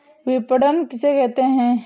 विपणन किसे कहते हैं?